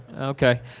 Okay